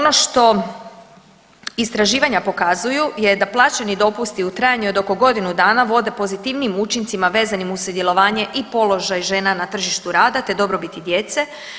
Dalje, ono što istraživanja pokazuju je da plaćeni dopusti u trajanju od oko godinu dana vode pozitivnijim učincima vezanim uz sudjelovanje i položaj žena na tržištu rada te dobrobiti djece.